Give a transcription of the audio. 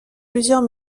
plusieurs